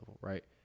right